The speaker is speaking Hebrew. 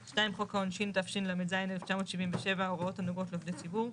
2. חוק העונשין תשל"ז-1977 הוראות הנוגעות לעובדי ציבור.